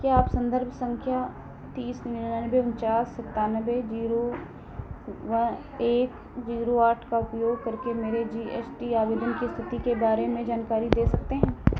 क्या आप संदर्भ संख्या तीस निन्यानवे उनचास सत्तानवे जीरो एक जीरो आठ का उपयोग करके मेरे जी एस टी आवेदन की स्थिति के बारे में जानकारी दे सकते हैं